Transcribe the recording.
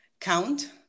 count